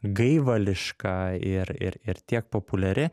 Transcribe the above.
gaivališka ir ir ir tiek populiari